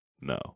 no